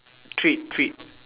treat treat